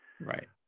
Right